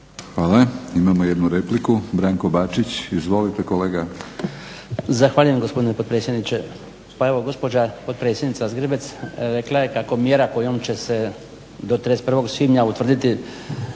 Hvala. Imamo jednu repliku, Branko Bačić. Izvolite kolega. **Bačić, Branko (HDZ)** Zahvaljujem gospodine potpredsjedniče. Pa evo gospođa potpredsjednica Zgrebec rekla je kako mjera kojom će se do 31. svibnja utvrditi